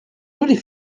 jolie